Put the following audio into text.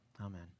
Amen